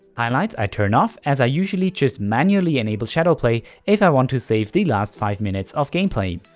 highlights i turn off, as i usually just manually enable shadowplay if i want to save the last five minutes of gameplay.